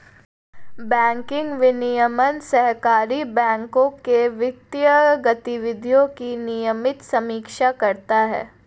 banking विनियमन सहकारी बैंकों के वित्तीय गतिविधियों की नियमित समीक्षा करता है